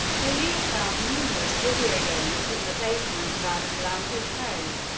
police found numerous video games in the basement of adam lanza's home,